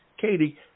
Katie